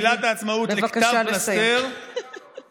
להפוך את מגילת העצמאות לכתב פלסתר, בבקשה לסיים.